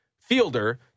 fielder